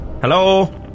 Hello